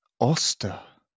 Oster